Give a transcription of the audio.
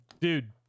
dude